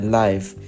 life